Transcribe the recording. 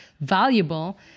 valuable